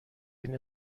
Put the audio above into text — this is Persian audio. این